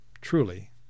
truly